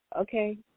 Okay